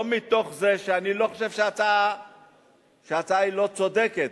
לא מתוך זה שאני חושב שההצעה היא לא צודקת.